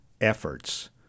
efforts